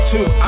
Two